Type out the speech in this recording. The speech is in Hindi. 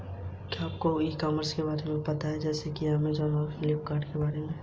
ऋण प्राप्त करते समय मुझे क्या प्रश्न पूछने चाहिए?